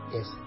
Yes